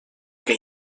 que